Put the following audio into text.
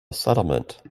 settlement